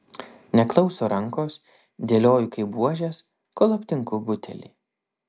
neklauso rankos dėlioju kaip buožes kol aptinku butelį